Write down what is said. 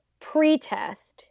pretest